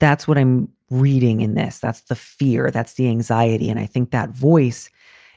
that's what i'm reading in this. that's the fear, that's the anxiety, and i think that voice